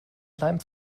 leim